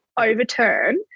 overturn